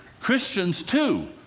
christians, too.